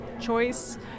choice